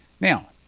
Now